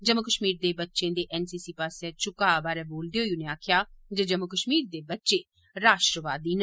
जम्मू कश्मीर दे बच्चें दे एनसीसी पास्सै झुकाह् बारे बोलदे होई उनें आक्खेआ जे जम्मू कश्मीर दे बच्चे राश्ट्रवादी न